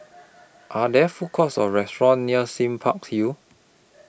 Are There Food Courts Or restaurants near Sime Park Hill